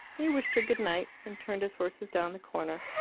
he wished her good-night, and turned his horses down the corner.